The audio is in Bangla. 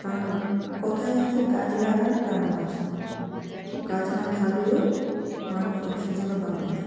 কারণ কথাই আছে গাছ লাগান প্রাণ বাঁচান গাছ না থাকলে মানুষ অক্সিজেনও পাবে না